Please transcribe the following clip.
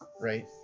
right